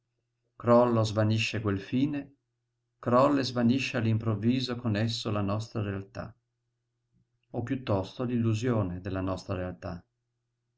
o svanisce quel fine crolla e svanisce all'improvviso con esso la nostra realtà o piuttosto l'illusione della nostra realtà